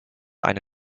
eine